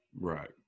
Right